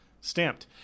Stamped